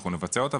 ואנחנו נבצע אותה,